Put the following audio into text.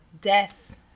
death